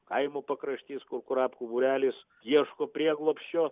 kaimo pakraštys kur kurapkų būrelis ieško prieglobsčio